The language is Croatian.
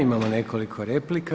Imamo nekoliko replika.